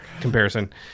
comparison